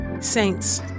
saints